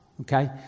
Okay